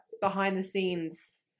behind-the-scenes